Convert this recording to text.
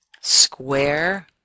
square